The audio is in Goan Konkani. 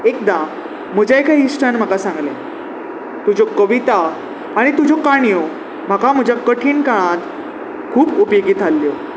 एकदां म्हज्या एका इश्टान म्हाका सांगलें तुज्यो कविता आनी तुज्यो काणयो म्हाका म्हज्या कठीण काळांत खूब उपेगीत थारल्यो